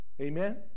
Amen